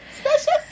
Special